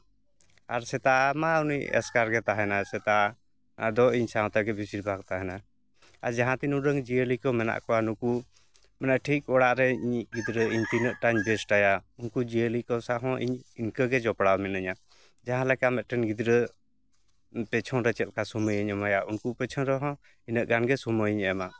ᱟᱨ ᱥᱮᱛᱟ ᱢᱟ ᱩᱱᱤ ᱮᱥᱠᱟᱨ ᱜᱮ ᱛᱟᱦᱮᱱᱟᱭ ᱥᱮᱛᱟ ᱟᱫᱚ ᱤᱧ ᱥᱟᱶᱛᱮᱜᱮ ᱵᱤᱥᱤᱨ ᱵᱷᱟᱜᱽ ᱛᱟᱦᱮᱱᱟᱭ ᱟᱨ ᱡᱟᱦᱟᱸ ᱛᱤᱱ ᱩᱰᱟᱹᱝ ᱡᱤᱭᱟᱹᱞᱤ ᱠᱚ ᱢᱮᱱᱟᱜ ᱠᱚᱣᱟ ᱱᱩᱠᱩ ᱢᱟᱱᱮ ᱴᱷᱤᱠ ᱚᱲᱟᱜ ᱨᱮ ᱤᱧᱤᱡ ᱜᱤᱫᱽᱨᱟᱹ ᱢᱟᱱᱮ ᱛᱤᱱᱟᱹᱜ ᱴᱟᱧ ᱪᱮᱥᱴᱟᱭᱟ ᱩᱱᱠᱩ ᱡᱤᱭᱟᱹᱞᱤ ᱥᱟᱶ ᱦᱚᱸ ᱤᱧ ᱤᱱᱠᱟᱹᱜᱮ ᱡᱚᱯᱲᱟᱣ ᱢᱤᱱᱟᱹᱧᱟ ᱡᱟᱦᱟᱸ ᱞᱮᱠᱟ ᱢᱤᱫᱴᱮᱱ ᱜᱤᱫᱽᱨᱟᱹ ᱯᱮᱪᱷᱚᱱ ᱨᱮ ᱪᱮᱫ ᱞᱮᱠᱟ ᱥᱚᱢᱚᱭᱤᱧ ᱮᱢᱟᱭᱟ ᱩᱱᱠᱩ ᱯᱮᱪᱷᱚᱱ ᱨᱮᱦᱚᱸ ᱤᱱᱟᱹᱜ ᱜᱟᱱᱜᱮ ᱥᱚᱢᱚᱭᱤᱧ ᱮᱢᱟ